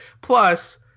Plus